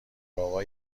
گاوا